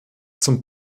zum